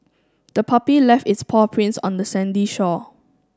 the puppy left its paw prints on the sandy shore